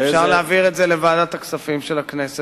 אפשר להעביר זאת לוועדת הכספים של הכנסת